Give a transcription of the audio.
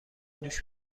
دوش